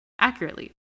accurately